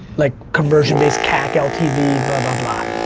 like conversion based cack ltv, blah, blah, blah.